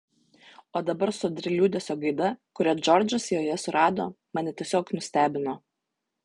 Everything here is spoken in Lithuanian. o dabar sodri liūdesio gaida kurią džordžas joje surado mane tiesiog nustebino